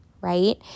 right